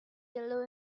yellow